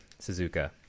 Suzuka